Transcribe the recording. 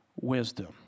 wisdom